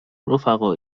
رفقا